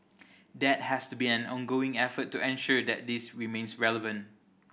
that has to be an ongoing effort to ensure that this remains relevant